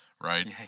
right